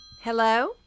Hello